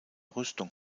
rüstung